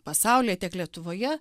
pasaulyje tiek lietuvoje